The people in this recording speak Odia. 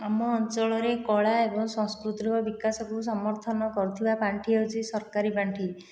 ଆମ ଅଞ୍ଚଳରେ କଳା ଏବଂ ସଂସ୍କୃତିର ବିକାଶକୁ ସମର୍ଥନ କରୁଥିବା ପାଣ୍ଠି ହେଉଛି ସରକାରୀ ପାଣ୍ଠି